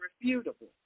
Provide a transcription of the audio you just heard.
irrefutable